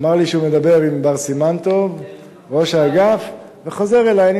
אמר לי שהוא מדבר עם בר סימן-טוב ראש האגף וחוזר אלי.